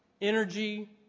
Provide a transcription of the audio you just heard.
energy